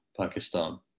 Pakistan